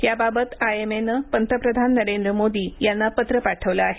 याबाबत आयएमएनं पंतप्रधान नरेंद्र मोदी यांना पत्र पाठवलं आहे